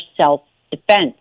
self-defense